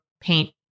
paint